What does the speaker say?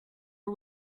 are